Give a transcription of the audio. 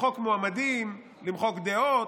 למחוק מועמדים, למחוק דעות.